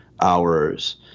hours